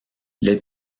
les